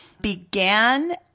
began